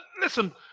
listen